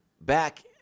Back